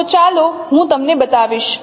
તો ચાલો હું તમને બતાવીશ